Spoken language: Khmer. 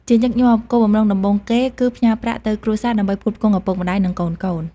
ជាញឹកញាប់ គោលបំណងដំបូងគេគឺផ្ញើប្រាក់ទៅគ្រួសារដើម្បីផ្គត់ផ្គង់ឪពុកម្តាយ និងកូនៗ។